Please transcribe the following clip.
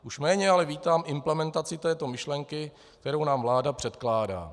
Už méně ale vítám implementaci této myšlenky, kterou nám vláda předkládá.